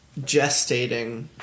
gestating